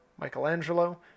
Michelangelo